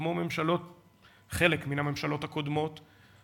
כמו חלק מן הממשלות הקודמות,